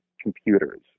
computers